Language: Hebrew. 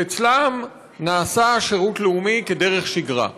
שאצלם נעשה שירות לאומי כדרך שגרה.